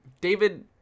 David